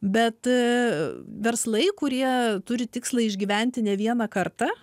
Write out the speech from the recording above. bet verslai kurie turi tikslą išgyventi ne vieną kartą